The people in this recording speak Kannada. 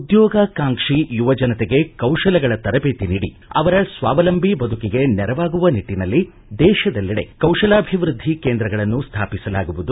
ಉದ್ಯೋಗಾಕಾಂಕ್ಷಿ ಯುವಜನತೆಗೆ ಕೌಶಲಗಳ ತರಬೇತಿ ನೀಡಿ ಅವರ ಸ್ವಾವಲಂಬೀ ಬದುಕಿಗೆ ನೆರವಾಗುವ ನಿಟ್ಟನಲ್ಲಿ ದೇಶದೆಲ್ಲೆಡೆ ಕೌಶಲಾಭಿವೃದ್ಧಿ ಕೇಂದ್ರಗಳನ್ನು ಸ್ಥಾಪಿಸಲಾಗುವುದು